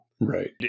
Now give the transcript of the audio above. Right